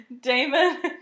Damon